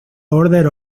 order